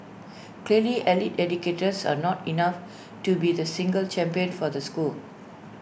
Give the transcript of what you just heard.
clearly allied educators are not enough to be the single champion for the school